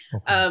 Okay